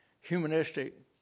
humanistic